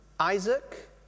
Isaac